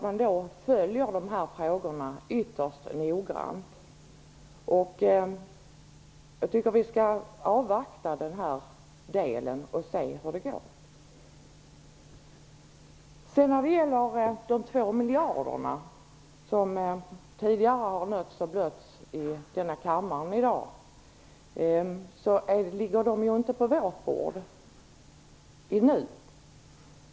Man följer dessa frågor ytterst noggrant. Jag tycker att vi skall avvakta denna del och se hur det går. De två miljarder som tidigare har stötts och blötts i kammaren i dag ligger ju inte på vårt bord ännu.